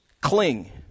cling